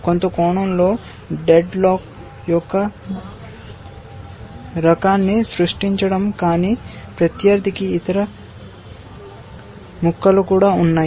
కొంత కోణంలో deadlock యొక్క రకాన్ని సృష్టించడం కానీ ప్రత్యర్థికి ఇతర ముక్కలు కూడా ఉన్నాయి